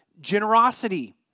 generosity